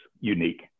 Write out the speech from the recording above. unique